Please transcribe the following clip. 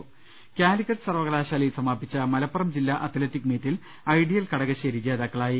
്് കാലിക്കറ്റ് സർവകലാശാലയിൽ സമാപിച്ച മലപ്പുറം ജില്ലാ അത്ലറ്റിക് മീറ്റിൽ ഐഡിയൽ കടകശ്ശേരി ജേതാക്കളായി